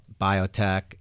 biotech